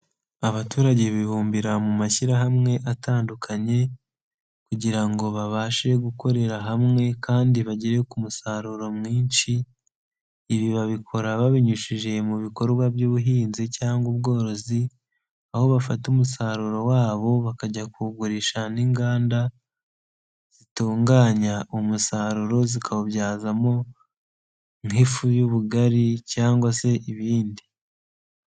Abaturage bibumbira mu mashyirahamwe atandukanye kugira ngo babashe gukorera hamwe kandi bagere ku musaruro mwinshi, ibi babikora babinyujije mu bikorwa by'ubuhinzi cyangwa ubworozi, aho bafata umusaruro wabo bakajya kuwugurisha n'inganda zitunganya umusaruro, zikawubyazamo nk'ifu y'ubugari cyangwa se ibindi.